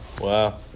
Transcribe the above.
Wow